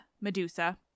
Medusa